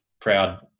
proud